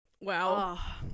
wow